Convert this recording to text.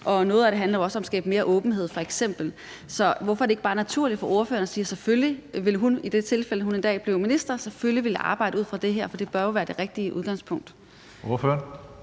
og noget af det handler jo også om f.eks. at skabe mere åbenhed. Så hvorfor er det ikke bare naturligt for ordføreren at sige, at selvfølgelig vil hun i det tilfælde, at hun en dag bliver minister, arbejde ud fra det her? For det bør jo være det rigtige udgangspunkt. Kl.